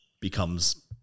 becomes –